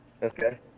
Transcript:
Okay